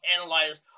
analyzed